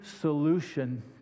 solution